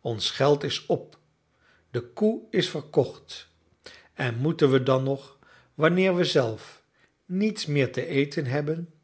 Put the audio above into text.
ons geld is op de koe is verkocht en moeten we dan nog wanneer we zelf niets meer te eten hebben